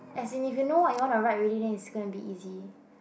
as in if you know what you wanna write already then it's gonna be easy